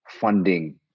funding